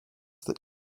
that